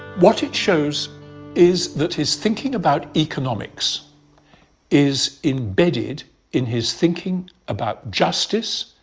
what it shows is that his thinking about economics is embedded in his thinking about justice,